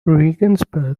regensburg